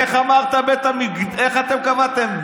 איך אתם קבעתם,